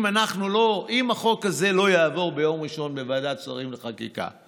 אם החוק הזה לא יעבור ביום ראשון בוועדת שרים לחקיקה,